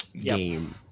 game